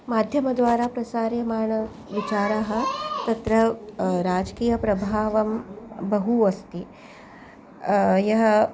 माध्यमद्वारा प्रसार्यमाण विचारः तत्र राजकीयप्रभावं बहु अस्ति यः